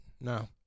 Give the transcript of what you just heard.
no